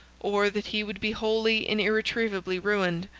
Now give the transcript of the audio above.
or that he would be wholly and irretrievably ruined.